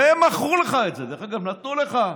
והם מכרו לך את זה, דרך אגב, נתנו לך.